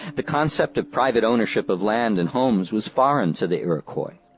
the concept of private ownership of land and homes was foreign to the iroquois.